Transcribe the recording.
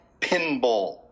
pinball